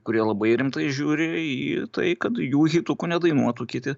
kurie labai rimtai žiūri į tai kad jų hitukų nedainuotų kiti